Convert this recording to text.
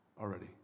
already